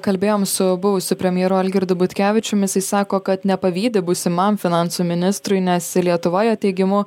kalbėjom su buvusiu premjeru algirdu butkevičium jisai sako kad nepavydi būsimam finansų ministrui nes lietuva jo teigimu